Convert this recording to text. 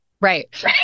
Right